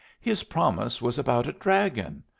his promise was about a dragon.